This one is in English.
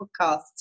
podcasts